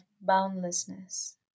boundlessness